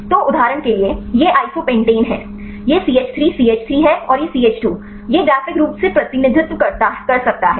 तो उदाहरण के लिए यह आइसोपेंटेन है यह सीएच 3 सीएच 3 है और सीएच 2 यह ग्राफिक रूप से प्रतिनिधित्व कर सकता है